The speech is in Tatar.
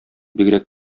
бигрәк